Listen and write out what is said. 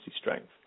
strength